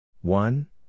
One